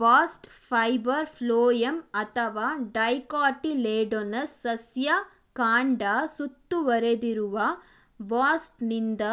bast fibre phloem ಅಥವಾ dicotyledonous ಸಸ್ಯ ಕಾಂಡ ಸುತ್ತುವರೆದಿರುವ ಬಾಸ್ಟ್ನಿಂದ